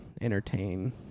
entertain